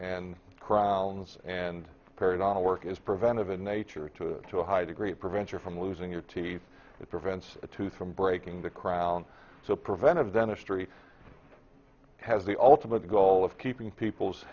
and crowns and periodontal work is preventive in nature to to a high degree prevent you from losing your teeth that prevents a tooth from breaking the crown so preventive dentistry has the ultimate goal of keeping people's